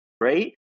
right